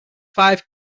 five